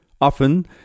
Often